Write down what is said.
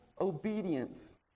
obedience